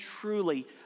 truly